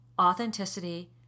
authenticity